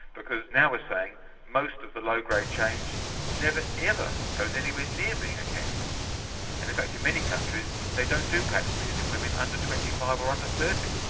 because now we're saying most of the low grade change never ever goes anywhere near being a cancer. and and in fact in many countries they don't do pap smears in women under twenty five or under thirty.